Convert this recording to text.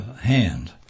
hand